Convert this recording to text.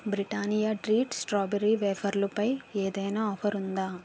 Britannia treat strawberry వేఫర్లు పై ఏదైనా ఆఫర్ ఉందా